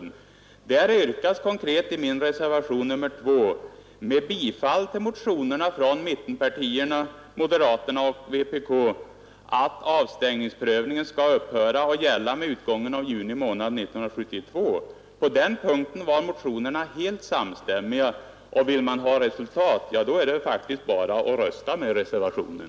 Där yrkar jag konkret i min reservation 2, med bifall till motionerna från mittenpartierna, moderaterna och vpk, att bestämmelserna om den s.k. avstängningsprövningen skall upphöra att gälla med utgången av juni månad år 1972. På den punkten var motionerna såluna helt samstämmiga, och om man vill nå resultat är det faktiskt bara att rösta med den reservationen.